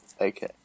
Okay